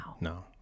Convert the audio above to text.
no